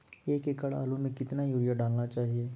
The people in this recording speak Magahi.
एक एकड़ आलु में कितना युरिया डालना चाहिए?